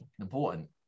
important